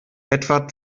etwa